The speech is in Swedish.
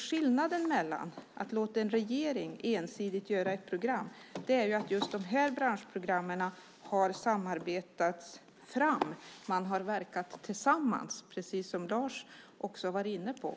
Skillnaden i förhållande till att låta en regering ensidigt göra ett program är att just de här branschprogrammen har så att säga samarbetats fram - man har verkat tillsammans, precis som Lars var inne på.